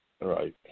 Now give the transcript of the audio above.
right